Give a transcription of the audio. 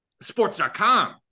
sports.com